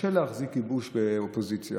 קשה להחזיק גיבוש באופוזיציה,